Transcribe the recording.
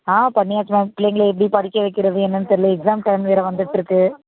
ஆ பண்ணியாச்சு மேம் பிள்ளைங்கள எப்படி படிக்க வைக்கிறது என்னன்னு தெரில எக்ஸாம் டைம் வேற வந்துட்டிருக்கு